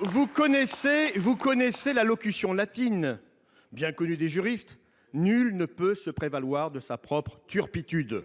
Vous connaissez la locution d’origine latine, chère aux juristes :« Nul ne peut se prévaloir de sa propre turpitude.